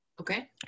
okay